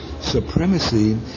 supremacy